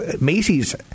Macy's